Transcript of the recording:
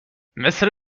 مثل